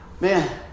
man